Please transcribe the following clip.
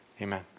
Amen